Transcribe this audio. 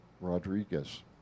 Rodriguez